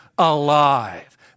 alive